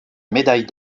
médaille